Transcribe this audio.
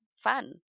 fun